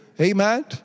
Amen